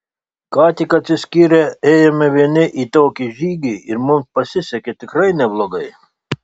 ką tik atsiskyrę ėjome vieni į tokį žygį ir mums pasisekė tikrai neblogai